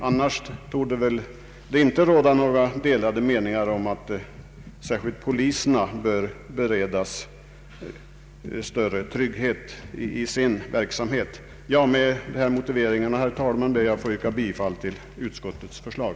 För övrigt torde inte råda delade meningar om att särskilt poliserna bör beredas större trygghet i sin verksamhet. Herr talman! Jag ber att med de framförda motiveringarna få yrka bifall till utskottets hemställan.